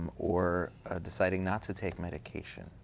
or deciding not to take medication,